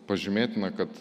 pažymėtina kad